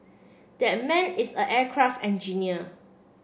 that man is an aircraft engineer